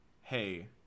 hey